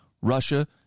Russia